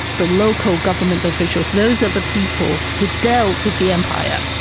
the local government officials, those are the people who dealt with the empire.